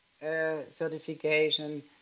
certification